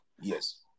Yes